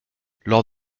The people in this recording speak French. lors